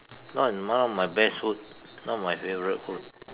not one of my best food not my favourite food